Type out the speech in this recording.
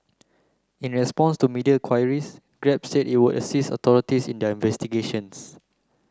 in response to media queries Grab said it would assist authorities in their investigations